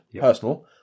personal